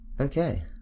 Okay